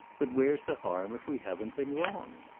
but where's the harm if we haven't been wrong?